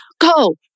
go